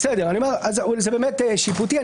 זה באמת שיפוטי.